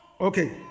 Okay